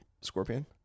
Scorpion